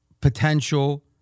potential